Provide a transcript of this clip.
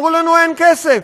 אמרו לנו: אין כסף.